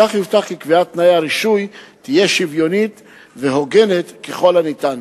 כך יובטח כי קביעת תנאי הרישוי תהיה שוויונית והוגנת ככל האפשר.